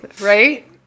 right